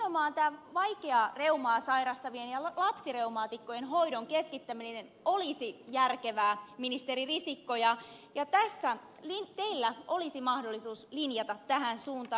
eikö nimenomaan vaikeaa reumaa sairastavien ja lapsireumaatikkojen hoidon keskittäminen olisi järkevää ministeri risikko ja tässä teillä olisi mahdollisuus linjata tähän suuntaan